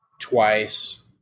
twice